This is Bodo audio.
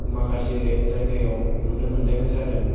माखासे जायगायाव नुनो मोननायबो जादों